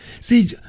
See